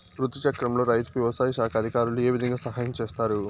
రుతు చక్రంలో రైతుకు వ్యవసాయ శాఖ అధికారులు ఏ విధంగా సహాయం చేస్తారు?